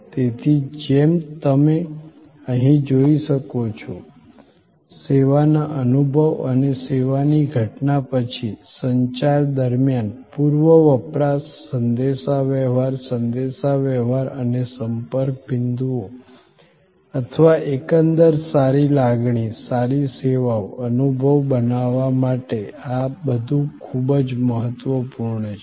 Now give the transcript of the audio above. તેથી જેમ તમે અહીં જોઈ શકો છો સેવાના અનુભવ અને સેવાની ઘટના પછી સંચાર દરમિયાન પૂર્વ વપરાશ સંદેશાવ્યવહાર સંદેશાવ્યવહાર અને સંપર્ક બિંદુઓ અથવા એકંદર સારી લાગણી સારી સેવાઓ અનુભવ બનાવવા માટે આ બધું ખૂબ જ મહત્વપૂર્ણ છે